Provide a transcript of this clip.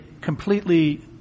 completely